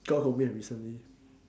recently